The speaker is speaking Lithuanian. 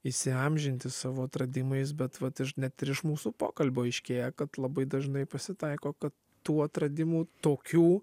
įsiamžinti savo atradimais bet vat aš net iš mūsų pokalbio aiškėja kad labai dažnai pasitaiko kad tų atradimų tokių